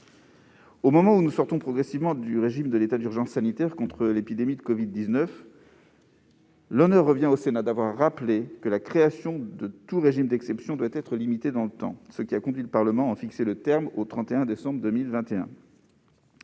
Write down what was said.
Au moment où nous sortons progressivement du régime de l'état d'urgence sanitaire contre l'épidémie de covid-19, l'honneur revient au Sénat d'avoir rappelé que la création de tout régime d'exception doit être limitée dans le temps, ce qui a conduit le Parlement à en fixer le terme au 31 décembre 2021.